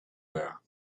there